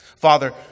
Father